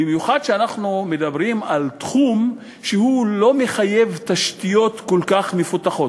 במיוחד שאנחנו מדברים על תחום שהוא לא מחייב תשתיות כל כך מפותחות.